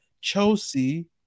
Chelsea